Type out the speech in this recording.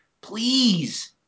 please